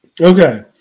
Okay